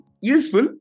useful